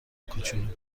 کوچولو